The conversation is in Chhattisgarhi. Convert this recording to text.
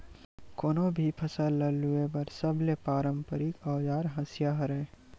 कोनो भी फसल ल लूए बर सबले पारंपरिक अउजार हसिया हरय